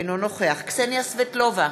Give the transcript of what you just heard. אינו נוכח קסניה סבטלובה,